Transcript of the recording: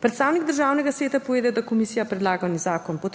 Predstavnik Državnega sveta je povedal, da komisija predlagani zakon podpira.